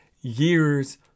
years